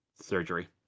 surgery